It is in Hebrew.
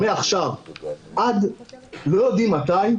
מעכשיו עד לא יודעים מתי,